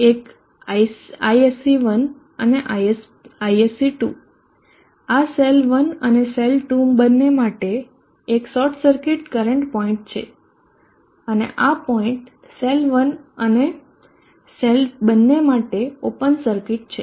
એક Isc1 અને Isc2 આ સેલ 1 અને સેલ 2 બંને માટે એક શોર્ટ સર્કિટ કરંટ પોઈન્ટ છે અને આ પોઈન્ટ સેલ 1 અને સેલ બંને માટે ઓપન સર્કિટ પોઇન્ટ છે